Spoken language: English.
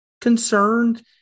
concerned